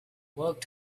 worked